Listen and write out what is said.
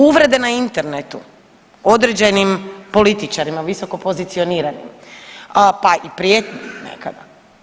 Uvrede na internetu određenim političarima visoko pozicioniranim, pa i prijetnje nekada.